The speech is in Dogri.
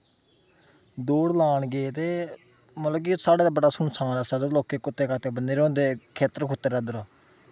दौड़ लान गे ते मतलब कि साढ़ा ते बड़ा सुनसान ऐ उस रस्तै लोकें कुत्ते कत्ते बन्ने दे होंदे हे खेत्तर खुत्तर उद्धर